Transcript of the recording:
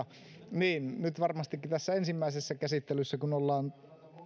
nyt varmasti tässä ensimmäisessä käsittelyssä kun ollaan